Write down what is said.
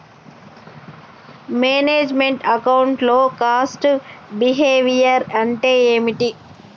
Manage meant account లో cost behaviour అంటే ఏమిటి?